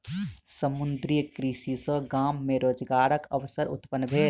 समुद्रीय कृषि सॅ गाम मे रोजगारक अवसर उत्पन्न भेल